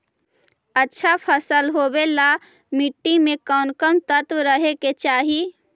अच्छा फसल होबे ल मट्टी में कोन कोन तत्त्व रहे के चाही?